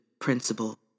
principle